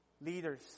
Leaders